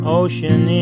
ocean